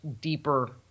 deeper